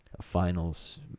finals